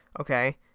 okay